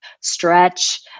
stretch